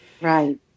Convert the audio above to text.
Right